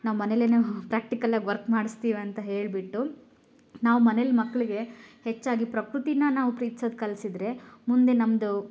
ನಾವು ಮನೆಯಲ್ಲೇನೆ ಪ್ರ್ಯಾಕ್ಟಿಕಲ್ ಆಗಿ ವರ್ಕ್ ಮಾಡಿಸ್ತೀವಿ ಅಂತ ಹೇಳಿಬಿಟ್ಟು ನಾವು ಮನೆಲಿ ಮಕ್ಕಳಿಗೆ ಹೆಚ್ಚಾಗಿ ಪ್ರಕೃತಿನ ನಾವು ಪ್ರೀತ್ಸೋದು ಕಲಿಸಿದ್ರೆ ಮುಂದೆ ನಮ್ಮದು